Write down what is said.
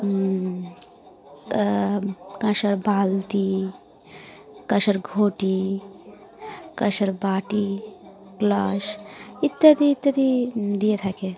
ক কাঁসার বালতি কাঁসার ঘটি কাঁসার বাটি গ্লাস ইত্যাদি ইত্যাদি দিয়ে থাকে